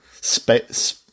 Space